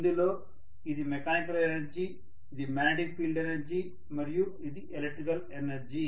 ఇందులో ఇది mechanical energy ఇది మ్యాగ్నెటిక్ ఫీల్డ్ ఎనర్జీ మరియు ఇది ఎలక్ట్రికల్ ఎనర్జీ